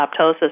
apoptosis